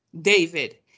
David